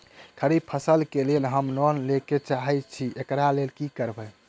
खरीफ फसल केँ लेल हम लोन लैके चाहै छी एकरा लेल की करबै?